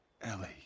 Ellie